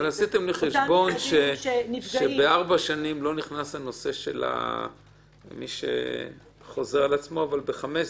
עשיתם חשבון שבארבע שנים לא נכנס הנושא של מי שחוזר על עצמו ובחמש כן?